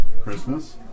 christmas